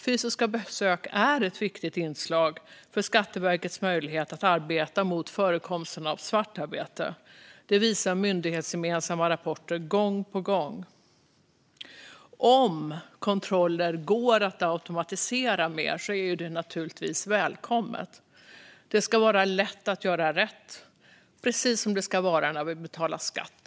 Fysiska besök är ett viktigt inslag för Skatteverkets möjlighet att arbeta mot förekomsten av svartarbete. Det visar myndighetsgemensamma rapporter gång på gång. Om kontroller går att automatisera mer är det naturligtvis välkommet. Det ska vara lätt att göra rätt, precis som det ska vara när vi betalar skatt.